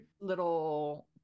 little